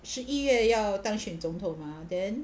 十一月要当选总统 mah then